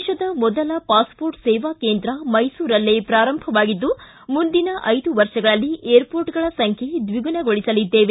ದೇತದ ಮೊದಲ ಪಾಸ್ಪೋರ್ಟ್ ಸೇವಾ ಕೇಂದ್ರ ಮೈಸೂರಲ್ಲೇ ಪ್ರಾರಂಭವಾಗಿದ್ದು ಮುಂದಿನ ಐದು ವರ್ಷಗಳಲ್ಲಿ ಏರ್ ಪೋರ್ಟ್ಗಳ ಸಂಖ್ಯೆ ದ್ವಿಗುಣಗೊಳಸಲಿದ್ದೇವೆ